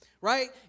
right